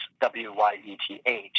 W-Y-E-T-H